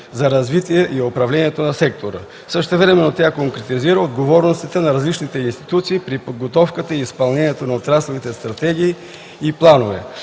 за развитието и управлението на сектора. Същевременно тя конкретизира отговорностите на различните институции при подготовката и изпълнението на отрасловите стратегии и планове.